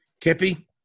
Kippy